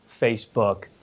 Facebook